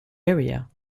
area